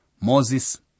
Moses